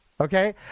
Okay